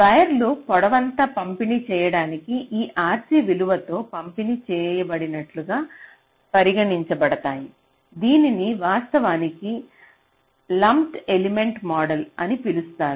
వైర్లు పొడవంతా పంపిణీ చేయబడిన ఈ RC విలువలతో పంపిణీ చేయబడినట్లుగా పరిగణించబడతాయి దీనిని వాస్తవానికి లంప్డ్ ఎలిమెంట్ మోడల్స అని పిలుస్తారు